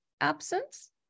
absence